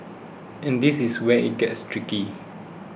and this is where it gets tricky